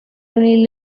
only